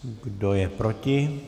Kdo je proti?